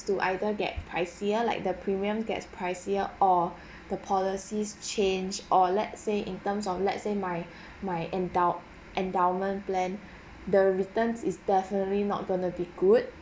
to either get pricier like the premium gets pricier or the policies change or let say in terms of let's say my my endown~ endowment plan the returns is definitely not gonna be good